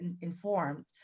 informed